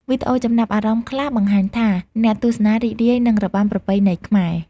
វីដេអូចំណាប់អារម្មណ៍ខ្លះបង្ហាញថា អ្នកទស្សនារីករាយនឹងរបាំប្រពៃណីខ្មែរ។